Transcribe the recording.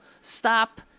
stop